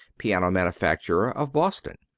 piano manufacturer, of boston.